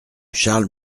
charles